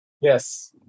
Yes